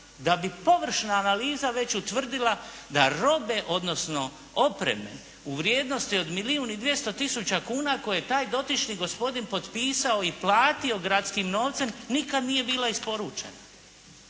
da bi površna analiza već utvrdila da robe, odnosno opreme u vrijednosti od milijun i 200 tisuća kuna koje je taj dotični gospodin potpisao i platio gradskim novcem, nikad nije bila isporučena.